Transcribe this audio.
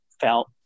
felt